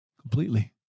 completely